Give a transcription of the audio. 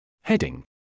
Heading